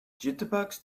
jitterbugs